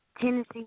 Tennessee